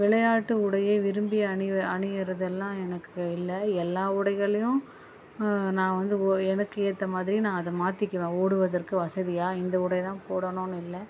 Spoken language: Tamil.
விளையாட்டு உடையை விரும்பி அணிவ அணிகிறதெல்லாம் எனக்கு இல்லை எல்லா உடைகளையும் நான் வந்து ஒ எனக்கு ஏற்றமாதிரி நான் அத மாற்றிக்குவேன் ஓடுவதற்கு வசதியாக இந்த உடையை தான் போடணும்னு இல்லை